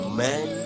man